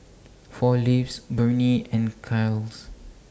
four Leaves Burnie and Kiehl's